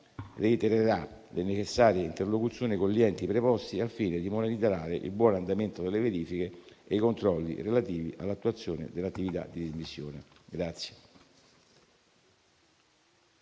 reitererà le necessarie interlocuzioni con gli enti preposti al fine di monitorare il buon andamento delle verifiche e i controlli relativi all'attuazione dell'attività di dismissione.